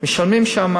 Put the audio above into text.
משלמים שם